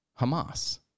Hamas